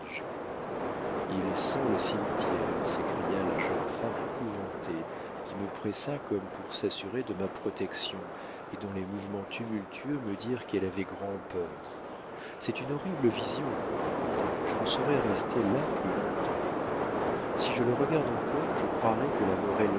il sent le cimetière s'écria la jeune femme épouvantée qui me pressa comme pour s'assurer de ma protection et dont les mouvements tumultueux me dirent qu'elle avait grand'peur c'est une horrible vision reprit-elle je ne saurais rester là plus long-temps si je le regarde encore je croirai que la mort